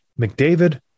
McDavid